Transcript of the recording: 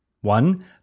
One